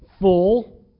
full